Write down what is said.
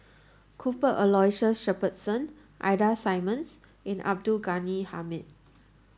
Cuthbert Aloysius Shepherdson Ida Simmons and Abdul Ghani Hamid